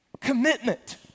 commitment